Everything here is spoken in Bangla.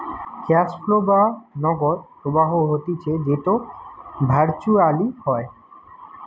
ক্যাশ ফ্লো বা নগদ প্রবাহ হতিছে যেটো ভার্চুয়ালি হয়